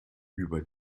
über